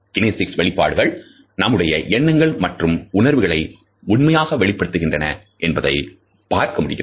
kinesics வெளிப்பாடுகள் நம்முடைய எண்ணங்கள் மற்றும் உணர்வுகளை உண்மையாக வெளிப்படுகின்றன என்பதை பார்க்க முடிகிறது